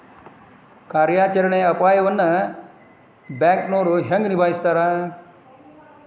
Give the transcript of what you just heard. ಕಾರ್ಯಾಚರಣೆಯ ಅಪಾಯವನ್ನ ಬ್ಯಾಂಕನೋರ್ ಹೆಂಗ ನಿಭಾಯಸ್ತಾರ